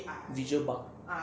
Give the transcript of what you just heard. vision bug